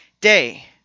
day